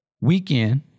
weekend